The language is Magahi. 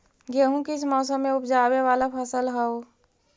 गेहूं किस मौसम में ऊपजावे वाला फसल हउ?